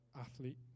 athlete